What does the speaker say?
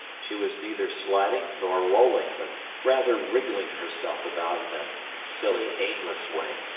she was neither sliding nor rolling, but rather wriggling herself about in a silly, aimless way,